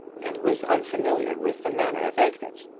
and was unfamiliar with the manner of exit.